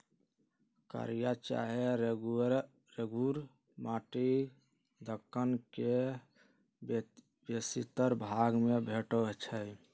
कारिया चाहे रेगुर माटि दक्कन के बेशीतर भाग में भेटै छै